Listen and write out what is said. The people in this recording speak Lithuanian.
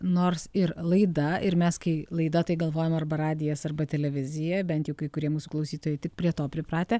nors ir laida ir mes kai laida tai galvojam arba radijas arba televizija bent jau kai kurie mūsų klausytojai tik prie to pripratę